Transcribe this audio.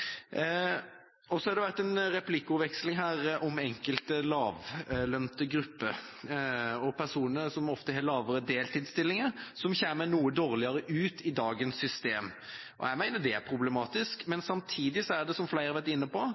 saken. Så har det vært en replikkordveksling her om enkelte lavtlønte grupper og personer som ofte har lavere deltidsstillinger, som kommer noe dårligere ut i dagens system. Jeg mener det er problematisk, men samtidig er det – som flere har vært inne på